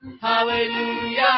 Hallelujah